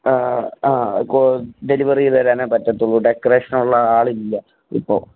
ആ കൊ ഡെലിവറി തരാനേ പറ്റുള്ളൂ ഡെക്കറേഷനുള്ള ആളില്ല ഇപ്പോൾ